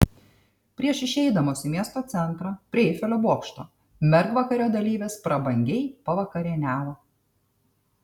prieš išeidamos į miesto centrą prie eifelio bokšto mergvakario dalyvės prabangiai pavakarieniavo